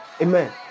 Amen